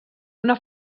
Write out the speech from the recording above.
una